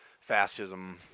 fascism